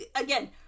again